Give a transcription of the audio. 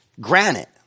granite